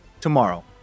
tomorrow